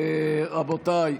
רבותיי,